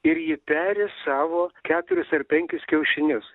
ir ji peri savo keturis ar penkis kiaušinius